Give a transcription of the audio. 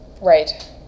Right